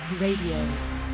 Radio